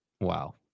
Wow